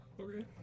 Okay